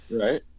right